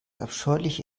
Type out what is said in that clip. abscheuliche